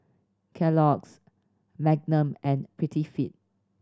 Kellogg's Magnum and Prettyfit